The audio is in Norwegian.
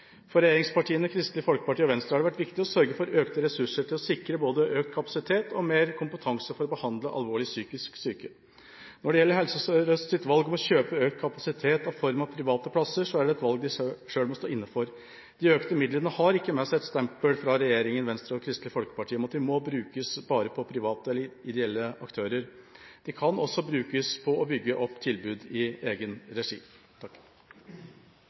For regjeringspartiene, Kristelig Folkeparti og Venstre har det vært viktig å sørge for økte ressurser til å sikre både økt kapasitet og mer kompetanse for å behandle alvorlig psykisk syke. Når det gjelder Helse Sør-Østs valg om å kjøpe økt kapasitet i form av private plasser, er det et valg de selv må stå inne for. De økte midlene har ikke med seg et stempel fra regjeringen, Venstre og Kristelig Folkeparti om at de må brukes bare på private eller ideelle aktører. De kan også brukes til å bygge opp tilbud i egen regi.